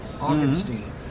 Augustine